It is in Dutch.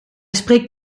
spreekt